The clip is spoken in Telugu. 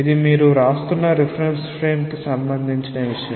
ఇది మీరు వ్రాస్తున్న రిఫరెన్స్ ఫ్రేమ్ కి సంబందించిన విషయం